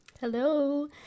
Hello